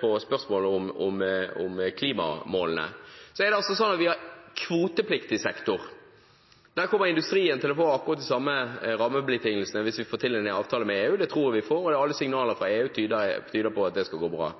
på spørsmålet om klimamålene: Det er altså sånn at vi har kvotepliktig sektor. Der kommer industrien til å få akkurat de samme rammebetingelsene hvis vi får til en ny avtale med EU. Det tror jeg vi får, for alle signaler fra EU tyder på at det skal gå bra.